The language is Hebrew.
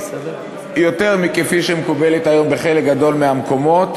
יותר מכפי שמקובל היום בחלק גדול מהמקומות,